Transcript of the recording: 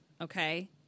okay